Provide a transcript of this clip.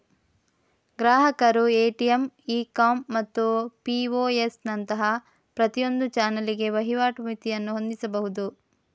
ಗ್ರಾಹಕರು ATM, e com ಮತ್ತು POS ನಂತಹ ಪ್ರತಿಯೊಂದು ಚಾನಲಿಗೆ ವಹಿವಾಟು ಮಿತಿಯನ್ನು ಹೊಂದಿಸಬಹುದು